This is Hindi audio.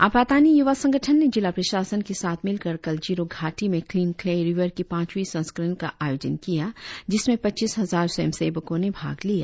आपातानी युवा संगठन ने जिला प्रशासन के साथ मिलकर कल जिरो घाटी में क्लीन क्ले रिवर की पाचवीं संस्करण का आयोजन किया जिसमें पच्चीस हजार स्वयंसेवकों ने भाग लिया